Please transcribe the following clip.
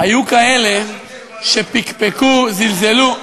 היו כאלה שפקפקו, זלזלו.